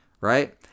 right